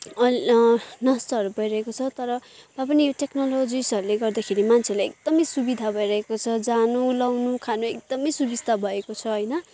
अहिले नष्टहरू भइरहेको छ तर अब तर पनि यो टेक्नेलोजिसहरूले गर्दाखेरि मान्छेलाई एकदमै सुविधा भइरहेको छ जानु लगाउनु खानु एकदमै सुविस्ता भएको छ होइन